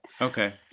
Okay